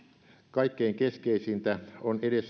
kaikkein keskeisintä on